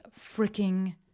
freaking